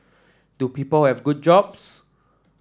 do people have good jobs